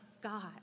God